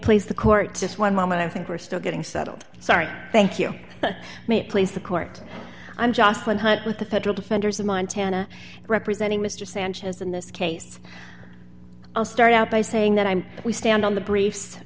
please the court just one moment i think we're still getting settled sorry thank you may it please the court i'm just one hundred with the federal defenders of montana representing mr sanchez in this case i'll start out by saying that i'm we stand on the briefs